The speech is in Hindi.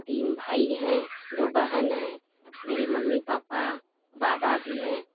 तीन भाई हैं दो बहन है मेरे मम्मी पापा बाबा भी हैं